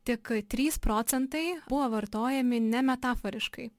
tik trys procentai buvo vartojami ne metaforiškai